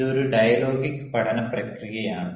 ഇത് ഒരു ഡയലോഗിക് പഠന പ്രക്രിയയാണ്